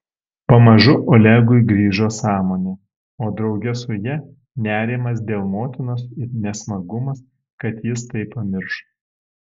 pamažu olegui grįžo sąmonė o drauge su ja nerimas dėl motinos ir nesmagumas kad jis tai pamiršo